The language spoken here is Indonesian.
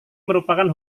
merupakan